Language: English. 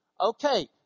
Okay